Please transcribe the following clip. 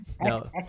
No